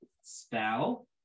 spell